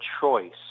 choice